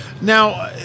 Now